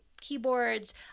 keyboards